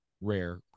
rare